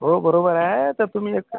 हो बरोबर आहे तर तुम्ही एक तर